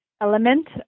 element